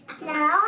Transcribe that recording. No